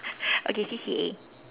okay C_C_A